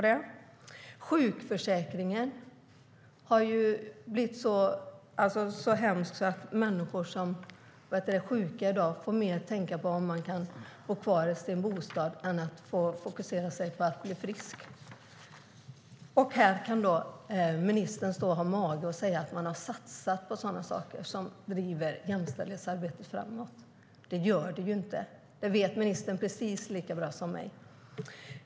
Det har blivit så hemskt med sjukförsäkringen att de som i dag blir sjuka måste tänka mer på om de kan bo kvar i sin bostad än på att bli friska. Här har ministern mage att säga att ni har satsat på sådant som driver jämställdhetsarbetet framåt. Det gör ni inte. Det vet ministern precis lika bra som jag.